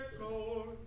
Lord